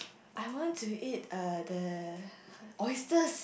I want to eat err the oysters